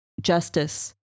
justice